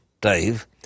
dave